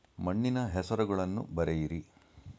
ಮಣ್ಣಿನ ಹೆಸರುಗಳನ್ನು ಬರೆಯಿರಿ